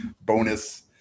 bonus